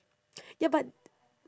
ya but